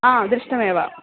आं दृष्टमेव